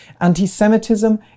Anti-Semitism